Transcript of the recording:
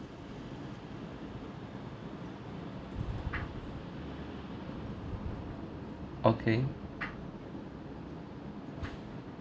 okay